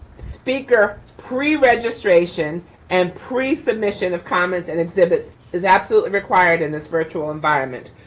speaker preregistration and pre-submission of comments and exhibits is absolutely required in this virtual environment.